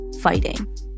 fighting